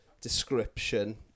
description